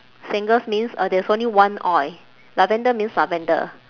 singles means uh there's only one oil lavender means lavender